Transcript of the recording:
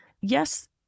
Yes